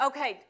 Okay